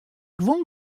guon